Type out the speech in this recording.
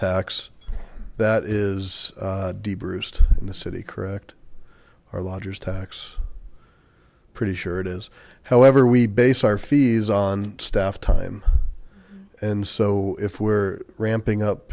tax that is d burst in the city correct our lodgers tax pretty sure it is however we base our fees on staff time and so if we're ramping up